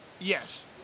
Yes